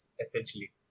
essentially